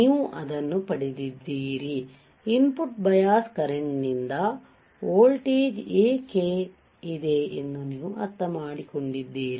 ನೀವು ಅದನ್ನು ಪಡೆದಿದ್ದೀರಿ ಇನ್ ಪುಟ್ ಬಯಾಸ್ ಕರೆಂಟ್ ನಿಂದ ವೋಲ್ಟೇಜ್ ಏಕೆ ಇದೆ ಎಂದು ನೀವು ಅರ್ಥಮಾಡಿಕೊಂಡಿದ್ದೀರಿ